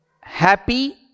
happy